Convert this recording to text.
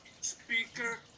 speaker